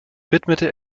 widmete